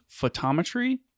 photometry